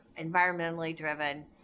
environmentally-driven